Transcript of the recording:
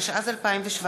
התשע"ז 2017,